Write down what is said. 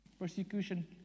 Persecution